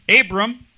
Abram